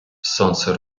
сонце